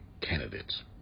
candidates